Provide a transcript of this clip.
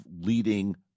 leading